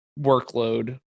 workload